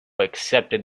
accepted